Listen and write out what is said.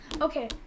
Okay